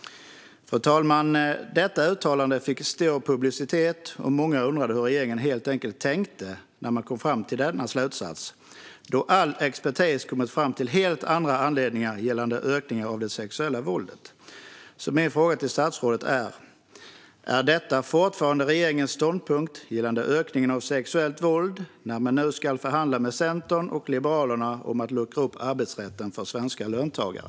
Fru talman! Uttalandet fick stor publicitet. Många undrade helt enkelt hur regeringen tänkte när den kom fram till denna slutsats, då all expertis har kommit fram till helt andra anledningar till ökningen av det sexuella våldet. Min fråga till statsrådet är: Är detta fortfarande regeringens ståndpunkt gällande ökningen av sexuellt våld när man nu ska förhandla med Centern och Liberalerna om att luckra upp arbetsrätten för svenska löntagare?